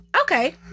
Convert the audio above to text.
okay